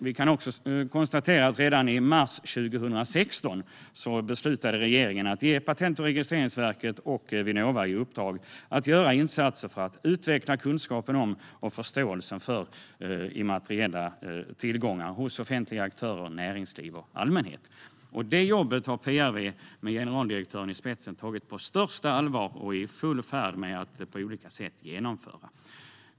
Vi kan också konstatera att redan i mars 2016 beslutade regeringen att ge Patent och registreringsverket och Vinnova i uppdrag att göra insatser för att utveckla kunskapen om och förståelsen för immateriella tillgångar hos offentliga aktörer, näringsliv och allmänhet. Det jobbet har PRV med generaldirektören i spetsen tagit på största allvar och är i full färd med att på olika sätt genomföra.